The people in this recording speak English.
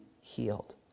healed